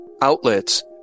outlets